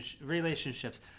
relationships